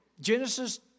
Genesis